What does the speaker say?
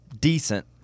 decent